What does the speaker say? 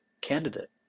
candidate